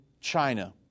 China